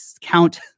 count